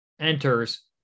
enters